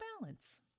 balance